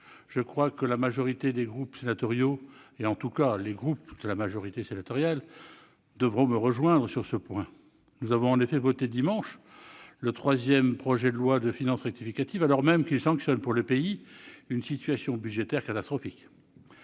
je crois que la majorité des groupes sénatoriaux, en tout cas les groupes de la majorité sénatoriale, me rejoindront sur ce point. Ainsi, nous avons voté, il y a deux jours, le troisième projet de loi de finances rectificative pour 2020, alors même qu'il sanctionne pour le pays une situation budgétaire catastrophique.